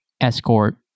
escort